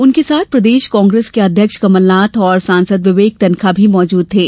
उनके साथ प्रदेश कांग्रेस के अध्यक्ष कमलनाथ और सांसद विवेक तन्खा भी मौजूद थे